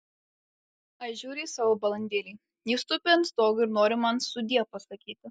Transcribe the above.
aš žiūriu į savo balandėlį jis tupi ant stogo ir nori man sudie pasakyti